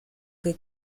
que